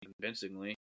convincingly